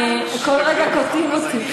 כל רגע קוטעים אותי.